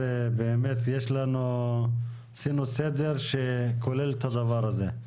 עשינו סדר שכולל את הדבר הזה.